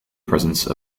presence